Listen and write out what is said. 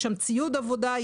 יש שם ציוד עבודה,